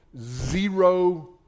Zero